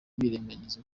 birengagiza